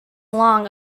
long